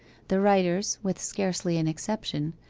the writers, with scarcely an exception,